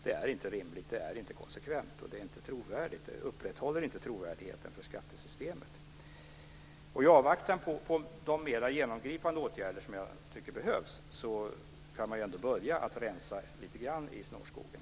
Det är inte rimligt, konsekvent och trovärdigt. Det upprätthåller inte trovärdigheten för skattesystemet. I avvaktan på de mera övergripande åtgärder som jag tycker behövs kunde man börja rensa lite grann i snårskogen.